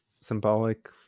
symbolic